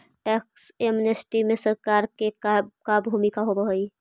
tax amnesty में सरकार के का भूमिका होव हई